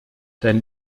dein